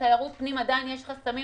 בתיירות פנים עדיין יש חסמים,